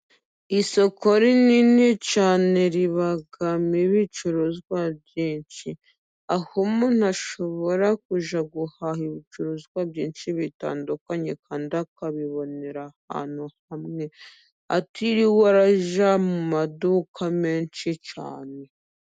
Isoko rinini cyane ribamo ibicuruzwa byinshi, aho umuntu ashobora kujya guhaha ibicuruzwa byinshi bitandukanye, kandi akabibonera ahantu hamwe atiriwe arajya mu maduka menshi cyane.